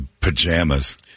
pajamas